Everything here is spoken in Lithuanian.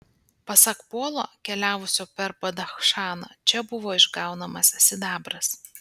pasak polo keliavusio per badachšaną čia buvo išgaunamas sidabras